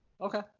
Okay